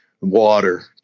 water